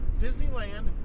Disneyland